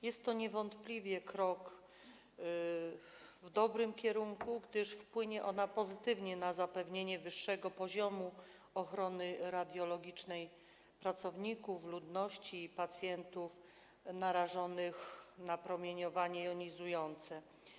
Jest to niewątpliwie krok w dobrym kierunku, gdyż wpłynie ona pozytywnie na zapewnienie wyższego poziomu ochrony radiologicznej pracowników, ludności, pacjentów narażonych na promieniowanie jonizujące.